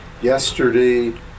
yesterday